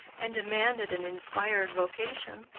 and demanded an inspired vocation.